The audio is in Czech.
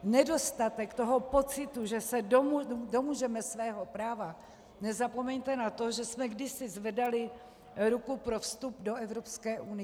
Nedostatek toho pocitu, že se domůžeme svého práva nezapomeňte na to, že jsme kdysi zvedali ruku pro vstup do Evropské unie.